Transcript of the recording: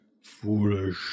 Foolish